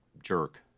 jerk